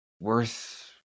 worth